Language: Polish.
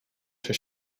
się